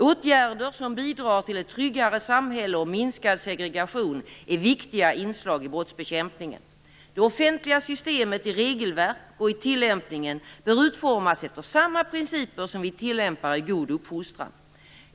Åtgärder som bidrar till ett tryggare samhälle och minskad segregation är viktiga inslag i brottsbekämpningen. Det offentliga systemet i regelverk och i tillämpning bör utformas efter samma principer som vi tilllämpar i god uppfostran.